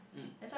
mm